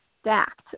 stacked